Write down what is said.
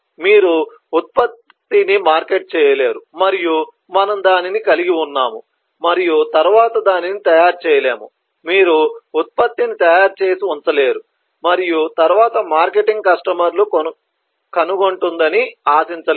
మీరు ఉత్పత్తిని మార్కెట్ చేయలేరు మరియు మనము దానిని కలిగి ఉన్నాము మరియు తరువాత దానిని తయారు చేయలేము మీరు ఉత్పత్తిని తయారు చేసి ఉంచలేరు మరియు తరువాత మార్కెటింగ్ కస్టమర్ను కనుగొంటుందని ఆశిoచలేరు